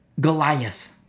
Goliath